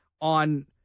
on